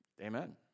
Amen